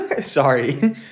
sorry